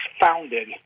founded